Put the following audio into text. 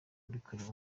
kubikorera